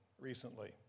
recently